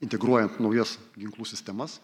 integruojant naujas ginklų sistemas